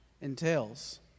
entails